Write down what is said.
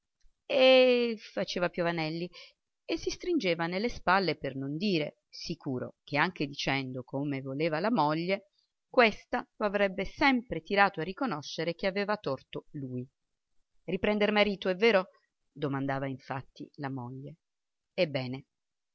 eh faceva piovanelli e si stringeva nelle spalle per non dire sicuro che anche dicendo come voleva la moglie questa lo avrebbe sempre tirato a riconoscere che aveva torto lui riprender marito è vero domandava infatti la moglie ebbene